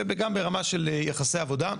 וגם ברמה של יחסי עבודה.